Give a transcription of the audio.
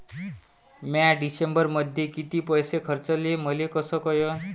म्या डिसेंबरमध्ये कितीक पैसे खर्चले मले कस कळन?